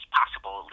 possible